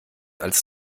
als